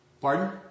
Pardon